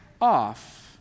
off